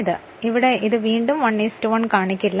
അതിനാൽ ഇവിടെ ഇത് വീണ്ടും 1 1 കാണിക്കില്ല